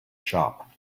shop